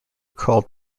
called